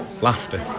laughter